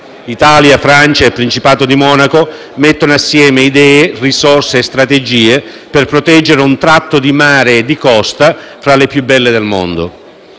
Italia, Francia e Principato di Monaco mettono insieme idee, risorse e strategie per proteggere un tratto di mare e di costa tra i più belli del mondo.